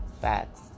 facts